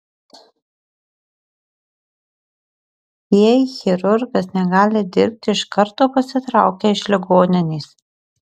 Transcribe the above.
jei chirurgas negali dirbti iš karto pasitraukia iš ligoninės